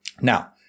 Now